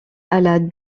alla